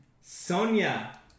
Sonia